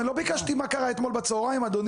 אני לא ביקשתי מה קרה אתמול בצוהריים, אדוני.